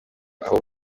aho